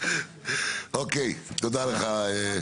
תודה לך.